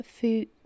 food